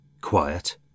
Quiet